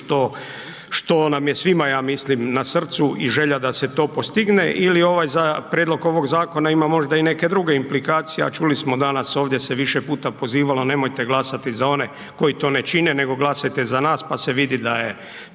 što nam je svima, ja mislim, na srcu i želja da se to postigne ili ovaj, prijedlog ovog zakona ima možda i neke druge implikacije, a čuli smo danas ovdje se više puta pozivalo nemojte glasati za one koji to ne čine, nego glasajte za nas, pa se vidi da je